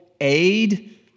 aid